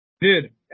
Dude